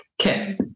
Okay